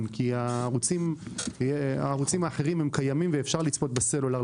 כי הערוצים האחרים קיימים ואפשר לצפות בסלולר,